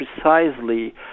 precisely